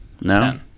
no